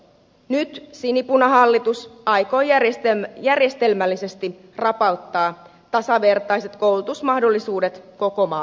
nyt sinipunahallitus aikoo järjestelmällisesti rapauttaa tasavertaiset koulutusmahdollisuudet koko maan alueella